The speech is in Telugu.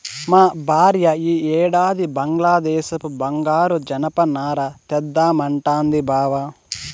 మా భార్య ఈ ఏడాది బంగ్లాదేశపు బంగారు జనపనార ఏద్దామంటాంది బావ